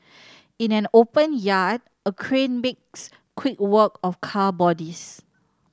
in an open yard a crane makes quick work of car bodies